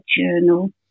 journal